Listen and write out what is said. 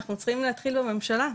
אנחנו צריכים להתחיל בממשלה,